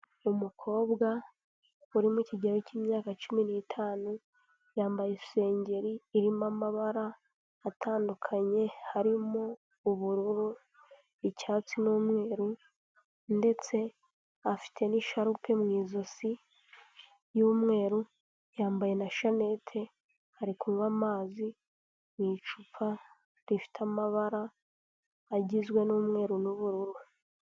Umukobwa uri mu kigero cy'imyaka cumi n'itanu, yambaye isengeri irimo amabara atandukanye harimo ubururu, icyatsi n'umweru ndetse afite n'isharupe mu ijosi y'umweru, yambaye na shanete ari kunywa amazi mu icupa rifite amabara agizwe n'umweru n'ubururu.